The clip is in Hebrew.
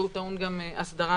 והוא טעון גם הסדר בתקנות.